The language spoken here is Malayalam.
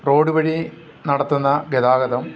റോഡ് വഴി നടത്തുന്ന ഗതാഗതം